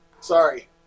Sorry